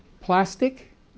Plastic